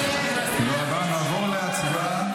תודה רבה, נעבור להצבעה.